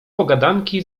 pogadanki